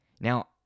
Now